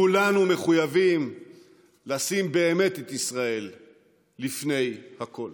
כולנו מחויבים לשים באמת את ישראל לפני הכול.